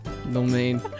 domain